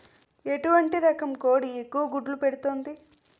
ఎటువంటి రకం కోడి ఎక్కువ గుడ్లు పెడుతోంది?